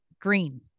green